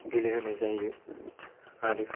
गेलेहोनाय जायो आरो